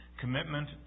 commitment